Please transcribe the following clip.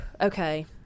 okay